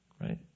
Right